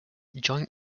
joint